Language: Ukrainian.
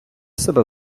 себе